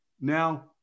now